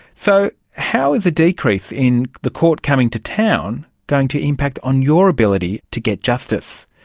so how is a decrease in the court coming to town going to impact on your ability to get justice?